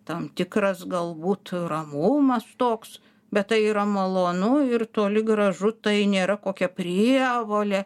tam tikras galbūt ramumas toks bet tai yra malonu ir toli gražu tai nėra kokia prievolė